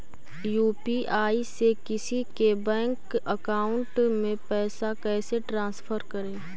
UPI से किसी के बैंक अकाउंट में पैसा कैसे ट्रांसफर करी?